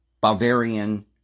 Bavarian